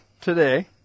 today